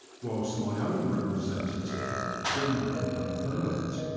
whilst my own representative remained unhurt.